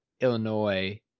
Illinois